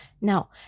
now